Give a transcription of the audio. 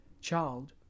Child